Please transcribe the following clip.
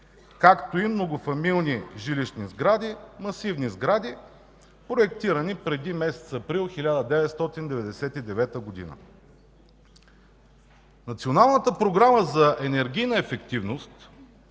както и многофамилни жилищни сгради, масивни сгради, проектирани преди месец април 1999 г. Националната програма за енергийна ефективност